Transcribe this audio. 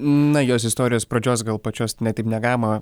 na jos istorijos pradžios gal pačios ne taip negalima